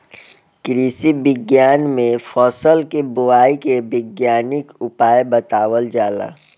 कृषि विज्ञान में फसल के बोआई के वैज्ञानिक उपाय बतावल जाला